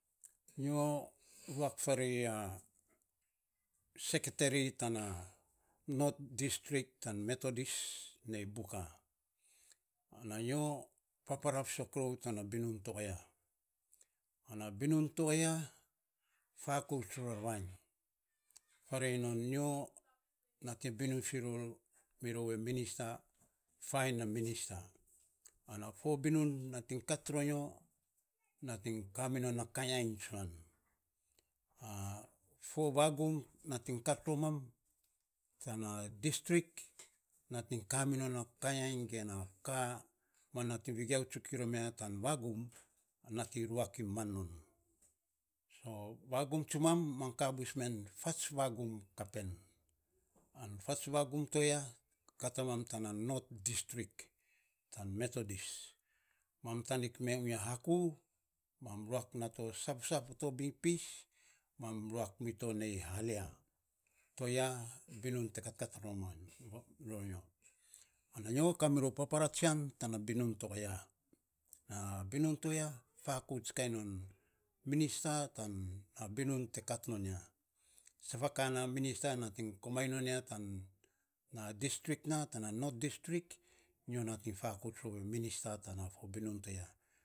Nyo ruak farei a seketeri tana not distrik tan metodis ne buka, ana nyo papara fisok rou tana binun to a ya ana binun to a ya fakouts ror vainy farei non nyo nating binun fi rou e minister fainy e minister ana fo binun nating